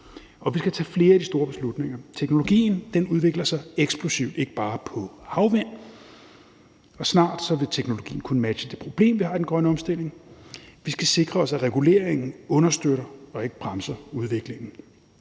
vi skal tage flere af de store beslutninger. Teknologien udvikler sig eksplosivt, ikke bare på havvind, og snart vil teknologien kunne matche det problem, vi har i den grønne omstilling. Vi skal sikre os, at reguleringen understøtter og ikke bremser udviklingen.